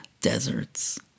deserts